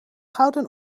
gouden